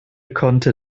konnte